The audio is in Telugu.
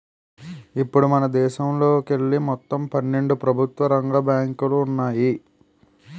ఇప్పుడు మనదేశంలోకెళ్ళి మొత్తం పన్నెండు ప్రభుత్వ రంగ బ్యాంకులు ఉన్నాయి